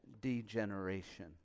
degeneration